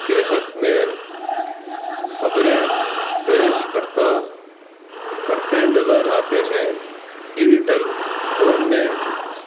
کے حق میں خبریں پیش کرتا کرتے نظر آتے ہیں ڈیجیٹل دون میں